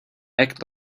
act